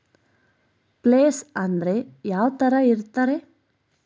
Place ಅಂದ್ರೆ ಯಾವ್ತರ ಇರ್ತಾರೆ?